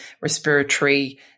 respiratory